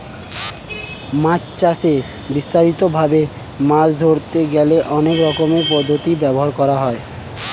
মাছ চাষে বিস্তারিত ভাবে মাছ ধরতে গেলে অনেক রকমের পদ্ধতি ব্যবহার করা হয়